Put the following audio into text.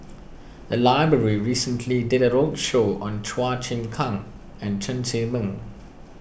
the library recently did a roadshow on Chua Chim Kang and Chen Zhiming